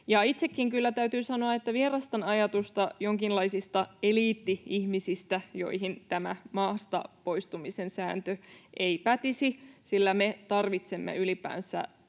itsekin kyllä täytyy sanoa, että vierastan ajatusta jonkinlaisista eliitti-ihmisistä, joihin tämä maasta poistumisen sääntö ei pätisi, sillä me tarvitsemme ylipäänsä